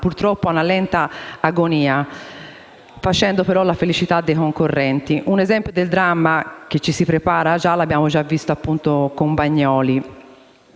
purtroppo, a una lenta agonia (facendo, però, la felicità dei concorrenti). Un esempio del dramma che ci si prepara lo abbiamo già visto con Bagnoli.